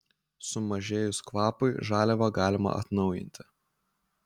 sumažėjus kvapui žaliavą galima atnaujinti